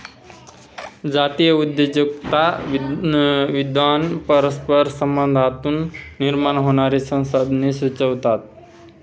जातीय उद्योजकता विद्वान परस्पर संबंधांमधून निर्माण होणारी संसाधने सुचवतात